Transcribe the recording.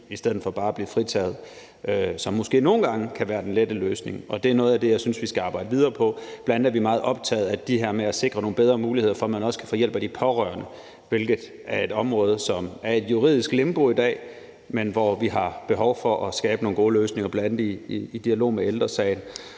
i stedet for bare at blive fritaget, som måske nogle gange kan være den lette løsning. Og det er noget af det, jeg synes vi skal arbejde videre på. Bl.a. er vi meget optaget af det her med at sikre nogle bedre muligheder for, at man også kan få hjælp af de pårørende, hvilket er et område, som er et juridisk limbo i dag, men hvor vi har behov for at skabe nogle gode løsninger, bl.a. i dialog med Ældre Sagen.